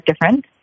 different